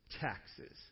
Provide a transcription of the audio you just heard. taxes